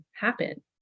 happen